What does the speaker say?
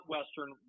Western